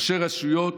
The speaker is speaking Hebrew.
ראשי רשויות,